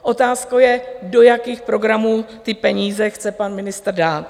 Otázkou je, do jakých programů ty peníze chce pan ministr dát.